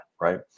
Right